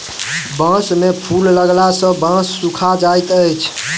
बांस में फूल उगला सॅ बांस सूखा जाइत अछि